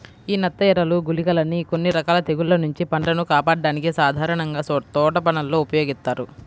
యీ నత్తఎరలు, గుళికలని కొన్ని రకాల తెగుల్ల నుంచి పంటను కాపాడ్డానికి సాధారణంగా తోటపనుల్లో ఉపయోగిత్తారు